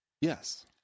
Yes